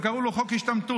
וקראו לו חוק השתמטות.